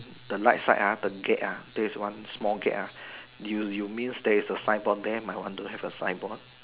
mm the right side ah the gate ah there is one small gate ah you you means there is a signboard there my one don't have a signboard